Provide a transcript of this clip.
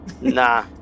Nah